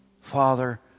Father